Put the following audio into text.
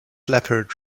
leppard